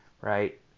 right